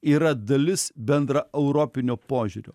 yra dalis bendra europinio požiūrio